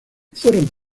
fueron